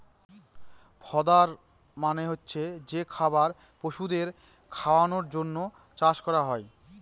fodder মানে হচ্ছে যে খাবার পশুদের খাওয়ানোর জন্য চাষ করা হয়